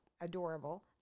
adorable